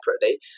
separately